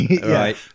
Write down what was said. Right